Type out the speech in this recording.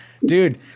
Dude